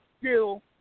skill